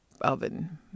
oven